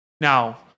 Now